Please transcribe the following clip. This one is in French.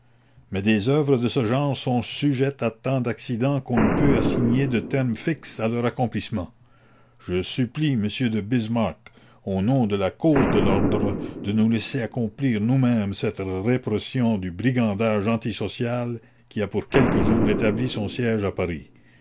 mais des œuvres de ce genre sont sujettes à tant d'accidents qu'on ne peut assigner de terme fixe à leur accomplissement je supplie m de bismark au nom de la cause de l'ordre de nous laisser accomplir nousmêmes cette répression du brigandage antisocial qui a pour quelques jours établi son siège à paris